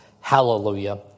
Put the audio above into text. Hallelujah